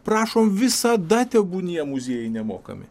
prašom visada tebūnie muziejai nemokami